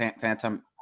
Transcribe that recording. Phantom